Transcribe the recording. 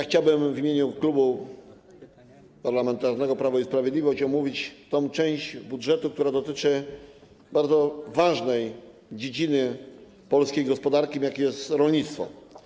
Chciałbym w imieniu Klubu Parlamentarnego Prawo i Sprawiedliwość omówić tę część budżetu, która dotyczy bardzo ważnej dziedziny polskiej gospodarki, jaką jest rolnictwo.